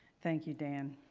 thank you dan.